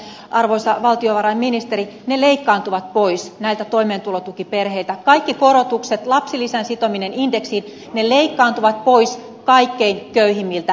nimittäin arvoisa valtiovarainministeri ne leikkaantuvat pois toimeentulotukiperheiltä kaikki korotukset lapsilisän sitominen indeksiin ne leikkaantuvat pois kaikkein köyhimmiltä perheiltä